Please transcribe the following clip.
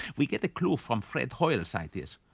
we get a clue from fred hoyle's ideas.